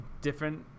different